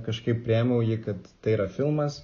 kažkaip priėmiau jį kad tai yra filmas